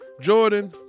Jordan